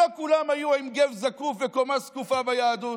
לא כולם היו עם גו זקוף וקומה זקופה ביהדות.